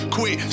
Quit